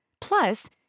Plus